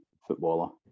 footballer